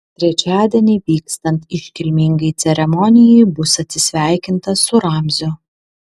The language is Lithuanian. trečiadienį vykstant iškilmingai ceremonijai bus atsisveikinta su ramziu